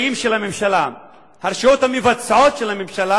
הרשויות הביצועיות של הממשלה,